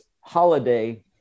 holiday